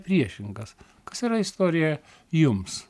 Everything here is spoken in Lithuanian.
priešingas kas yra istorija jums